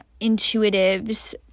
intuitives